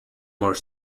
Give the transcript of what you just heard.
more